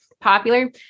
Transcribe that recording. popular